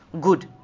good